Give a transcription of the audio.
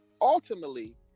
ultimately